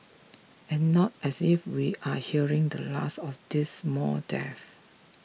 and not as if we are hearing the last of these mall death